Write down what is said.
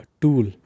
tool